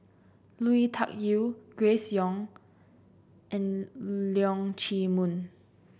Lui Tuck Yew Grace Young and Leong Chee Mun